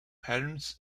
patterns